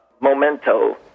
memento